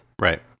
Right